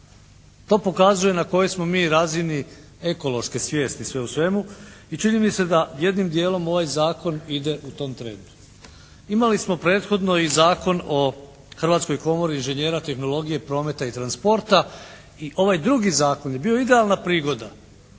To pokazuje na kojoj smo mi razini ekološke svijesti sve u svemu i čini mi se da jednim djelom ovaj zakon ide u tom trenu. Imali smo prethodno i Zakon o Hrvatskoj komori inženjera tehnologije, prometa i transporta i ovaj drugi zakon je bio idealna prigoda